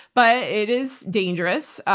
but it is dangerous.